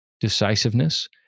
decisiveness